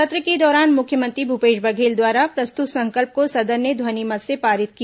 सत्र के दौरान मुख्यमंत्री भूपेश बघेल द्वारा प्रस्तुत संकल्प को सदन ने ध्वनिमत से पारित किया